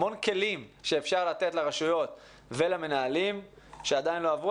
המון כלים שאפשר לתת לרשויות ולמנהלים שעדיין לא הועברו.